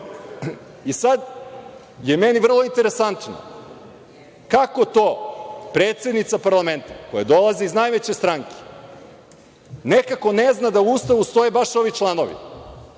sad je meni vrlo interesantno, kako to predsednica parlamenta, koja dolazi iz najveće stranke, nekako ne zna du u Ustavu stoje baš ovi članovi